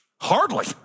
Hardly